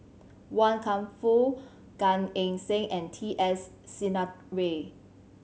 Wan Kam Fook Gan Eng Seng and T S Sinnathuray